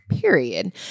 period